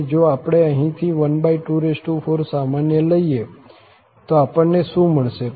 અને જો આપણે અહીંથી 124 સામાન્ય લઈએ તો આપણને શું મળશે